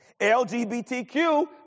LGBTQ